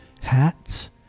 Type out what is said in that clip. hats